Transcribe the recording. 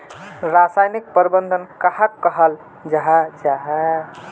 रासायनिक प्रबंधन कहाक कहाल जाहा जाहा?